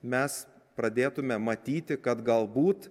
mes pradėtume matyti kad galbūt